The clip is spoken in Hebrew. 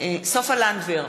סופה לנדבר,